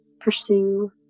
pursue